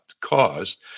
caused